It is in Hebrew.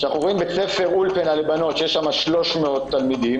בית ספר אולפנה לבנות שיש שם 300 תלמידות,